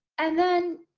and then,